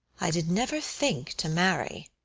i did never think to marry